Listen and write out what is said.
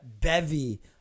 Bevy